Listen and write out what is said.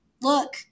look